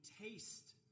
taste –